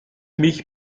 mich